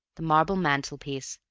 the marble mantel-piece,